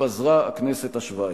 התפזרה הכנסת השבע-עשרה.